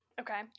Okay